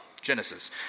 Genesis